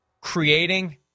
creating